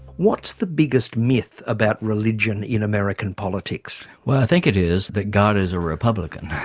what's the biggest myth about religion in american politics? well i think it is that god is a republican.